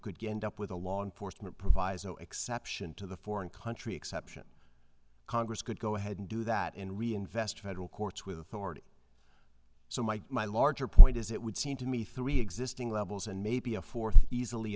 could get up with a law enforcement proviso exception to the foreign country exception congress could go ahead and do that in reinvest federal courts with authority so my my larger point is it would seem to me three existing levels and maybe a fourth easily